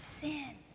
sin